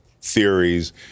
theories